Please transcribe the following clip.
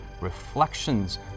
Reflections